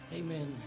amen